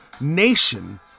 nation